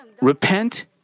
repent